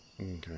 Okay